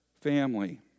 family